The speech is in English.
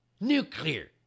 Nuclear